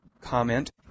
comment